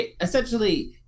essentially